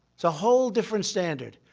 it's a whole different standard.